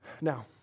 Now